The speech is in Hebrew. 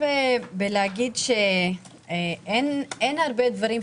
הצבעה בעד הרביזיה